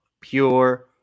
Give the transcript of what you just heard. pure